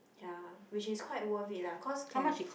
ya which is quite worth is lah cause can